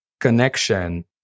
connection